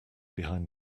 behind